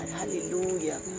hallelujah